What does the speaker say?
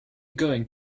going